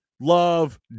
love